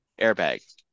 Airbag